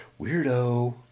weirdo